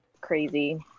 crazy